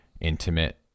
intimate